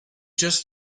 just